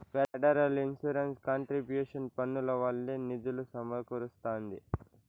federal insurance contribution పన్నుల వల్లే నిధులు సమకూరస్తాంది